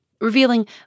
revealing